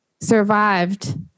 survived